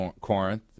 Corinth